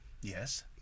Yes